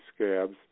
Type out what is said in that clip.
scabs